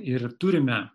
ir turime